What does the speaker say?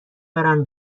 برم